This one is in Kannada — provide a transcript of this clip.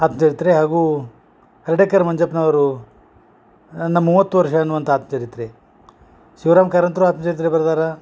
ಆತ್ಮಚರಿತ್ರೆ ಹಾಗೂ ಹರ್ಡೇಕರ್ ಮಂಜಪ್ನವರು ನನ್ನ ಮೂವತ್ತು ವರ್ಷ ಎನ್ನುವಂಥ ಆತ್ಮಚರಿತ್ರೆ ಶಿವರಾಮ ಕಾರಂತರು ಆತ್ಮಚರಿತ್ರೆ ಬರ್ದಾರ